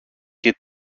και